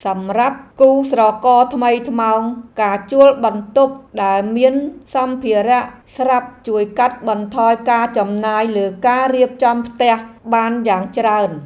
សម្រាប់គូស្រករថ្មីថ្មោងការជួលបន្ទប់ដែលមានសម្ភារៈស្រាប់ជួយកាត់បន្ថយការចំណាយលើការរៀបចំផ្ទះបានយ៉ាងច្រើន។